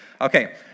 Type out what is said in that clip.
Okay